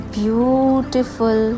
beautiful